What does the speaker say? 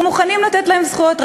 אנחנו מוכנים לתת להם זכויות,